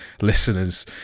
listeners